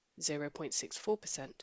0.64%